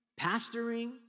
pastoring